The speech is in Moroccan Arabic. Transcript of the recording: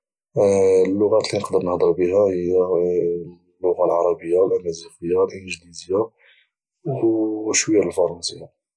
اللغات اللي نقدر نهدر بيها هي اللغة العربية الأمازيغية الإنجليزية او شوية ديال الفرنسية